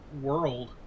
world